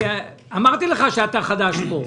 אמרתי לך שאתה חדש פה.